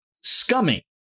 scummy